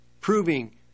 proving